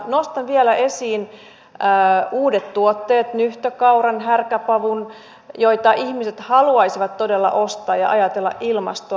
nostan vielä esiin uudet tuotteet nyhtökauran härkäpavun joita ihmiset haluaisivat todella ostaa ja ajatella ilmastoa